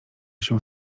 się